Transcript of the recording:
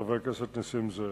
חבר הכנסת נסים.